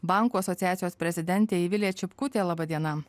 bankų asociacijos prezidentė vilija čipkutė laba diena